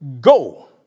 Go